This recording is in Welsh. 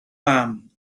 mam